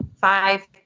five